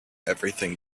everything